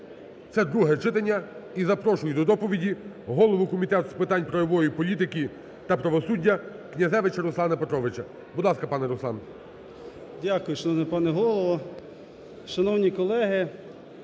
це друге читання. І запрошую до доповіді голову Комітету з питань правової політики та правосуддя Князевича Руслана Петровича. Будь ласка, пане Руслан. 10:35:44 КНЯЗЕВИЧ Р.П. Дякую. Шановний пане Голово, шановні колеги,